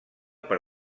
per